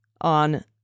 on